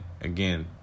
Again